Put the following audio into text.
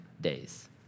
days